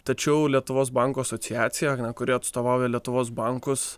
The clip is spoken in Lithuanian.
tačiau lietuvos bankų asociacija na kuri atstovauja lietuvos bankus